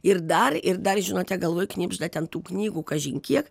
ir dar ir dar žinote galvoj knibžda ten tų knygų kažin kiek